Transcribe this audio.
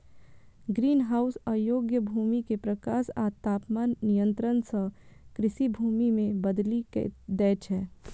greenhouse अयोग्य भूमि कें प्रकाश आ तापमान नियंत्रण सं कृषि भूमि मे बदलि दै छै